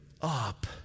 up